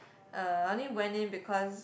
uh I only went in because